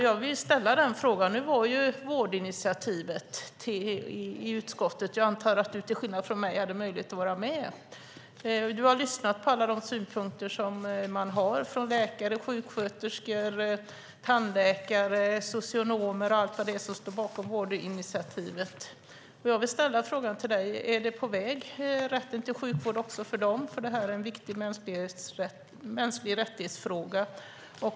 Personer från Rätt till vård-initiativet har varit i utskottet. Jag antar att du till skillnad från mig hade möjlighet att vara med. Du har lyssnat på alla de synpunkter som man har från läkare, sjuksköterskor, tandläkare, socionomer och allt vad det är som står bakom Rätt till vård-initiativet. Jag vill fråga dig: Är det på väg en rätt till sjukvård även för dem? Detta är en viktig mänsklig rättighetsfråga.